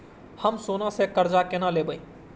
हम सोना से कर्जा केना लैब?